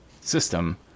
system